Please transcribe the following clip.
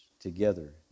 together